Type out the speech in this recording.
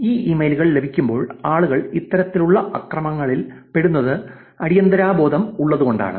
ഈ ഇമെയിലുകൾ ലഭിക്കുമ്പോൾ ആളുകൾ ഇത്തരത്തിലുള്ള ആക്രമണങ്ങളിൽ പെടുന്നത് അടിയന്തിരതാബോധം ഉള്ളതുകൊണ്ടാണ്